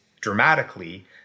dramatically